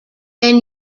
then